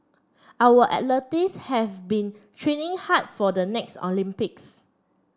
our athletes have been training hard for the next Olympics